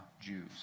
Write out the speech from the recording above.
Jews